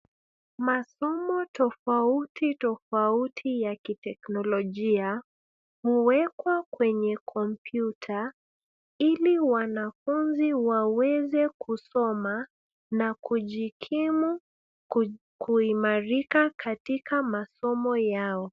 Masomo tofautitofauti ya kiteknolojia huwekwa kwenye kompyuta ili wanafunzi waweze kusoma na kujikimu kuimarika katika masomo yao.